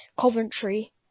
Coventry